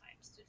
times